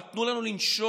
אבל תנו לנו לנשום.